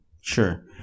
Sure